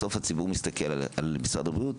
בסוף הציבור מסתכל על משרד הבריאות,